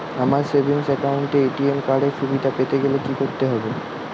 আমার savings account এ ATM card এর সুবিধা পেতে গেলে কি করতে হবে?